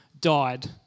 died